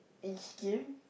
each game